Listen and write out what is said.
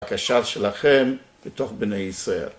בקשה שלכם, בתוך בני ישראל